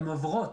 הן עוברות,